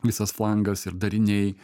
visas flangas ir dariniai